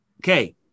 Okay